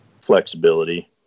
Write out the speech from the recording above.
flexibility